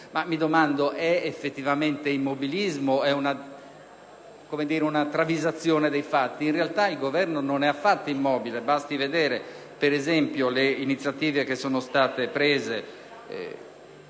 Mi domando: è effettivamente immobilismo o si tratta di una travisazione dei fatti? In realtà, il Governo non è affatto immobile; basti vedere, per esempio, le iniziative assunte e